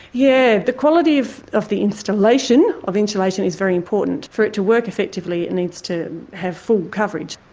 yeah, the quality of of the installation of insulation is very important. for it to work effectively it needs to have full coverage.